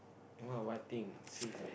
what what thing sis